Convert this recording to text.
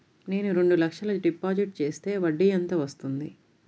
నేను రెండు లక్షల డిపాజిట్ చేస్తే వడ్డీ ఎంత వస్తుంది?